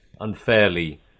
unfairly